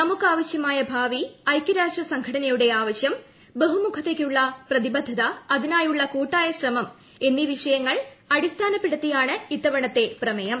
നമുക്കാവശൃമായ ഭാവി ഐകൃ രാഷ്ട്ര സംഘടനയുടെ ആവശ്യം ബഹുമുഖതയ്ക്കുള്ള പ്രതിബദ്ധത അതിനായുള്ള കൂട്ടായ ശ്രമം എന്നീ വിഷയങ്ങൾ അടിസ്ഥാനപ്പെടുത്തിയാണ് ഇത്തവണത്തെ പ്രമേയം